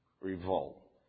revolt